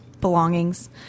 belongings